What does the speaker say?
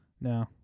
No